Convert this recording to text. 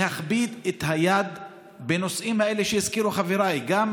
להכביד את היד בנושאים שהזכירו חבריי: גם